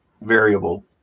variable